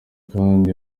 kandi